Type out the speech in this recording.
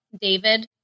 David